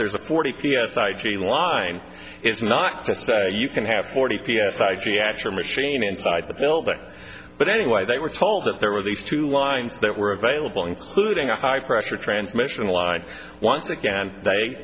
there's a forty p s i g line is not to say you can have forty p s i g at your machine inside the building but anyway they were told that there was a two line that were available including a high pressure transmission line once again they